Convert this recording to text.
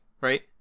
right